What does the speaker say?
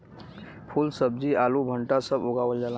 फूल सब्जी आलू भंटा सब उगावल जाला